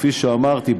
כפי שאמרתי,